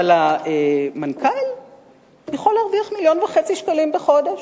אבל המנכ"ל יכול להרוויח מיליון וחצי שקלים בחודש,